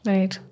Right